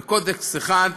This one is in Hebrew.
בקודקס אחד,